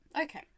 Okay